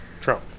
Trump